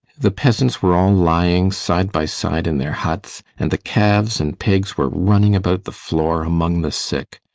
the peasants were all lying side by side in their huts, and the calves and pigs were running about the floor among the sick.